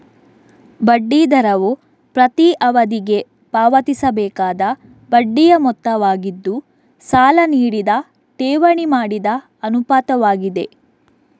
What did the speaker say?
ಬಡ್ಡಿ ದರವು ಪ್ರತಿ ಅವಧಿಗೆ ಪಾವತಿಸಬೇಕಾದ ಬಡ್ಡಿಯ ಮೊತ್ತವಾಗಿದ್ದು, ಸಾಲ ನೀಡಿದ ಠೇವಣಿ ಮಾಡಿದ ಅನುಪಾತವಾಗಿದೆ